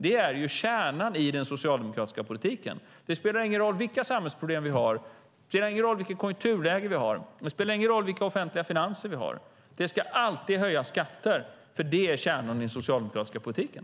Det är kärnan i den socialdemokratiska politiken. Det spelar ingen roll vilka samhällsproblem vi har, det spelar ingen roll vilket konjunkturläge vi har, det spelar ingen roll vilka offentliga finanser vi har - det ska alltid höjas skatter. Det är kärnan i den socialdemokratiska politiken.